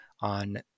on